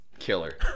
Killer